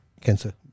cancer